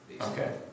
Okay